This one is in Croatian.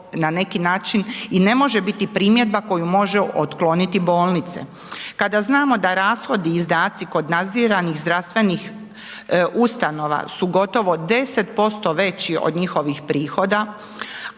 na neki način i ne može biti primjedba koju može otkloniti bolnici. Kad znamo da rashodi i izdaci kod nadziranih zdravstvenih ustanova su gotovo 10% veći od njihovih prihoda,